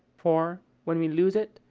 for when we lose it,